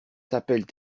t’appelles